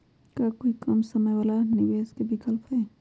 का कोई कम समय वाला निवेस के विकल्प हई?